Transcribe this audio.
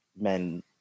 men